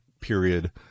period